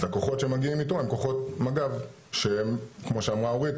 אז הכוחות שמגיעים איתו הם כוחות מג"ב שהם כמו שאמרה אורית,